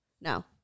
No